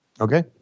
Okay